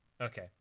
Okay